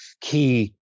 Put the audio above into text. key